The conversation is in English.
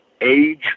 age